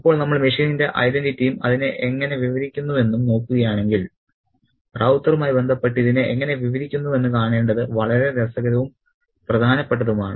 ഇപ്പോൾ നമ്മൾ മെഷീന്റെ ഐഡന്റിറ്റിയും അതിനെ എങ്ങനെ വിവരിക്കുന്നുവെന്നും നോക്കുകയാണെങ്കിൽ റൌത്തറുമായി ബന്ധപ്പെട്ട് ഇതിനെ എങ്ങനെ വിവരിക്കുന്നുവെന്ന് കാണേണ്ടത് വളരെ രസകരവും പ്രധാനപ്പെട്ടതുമാണ്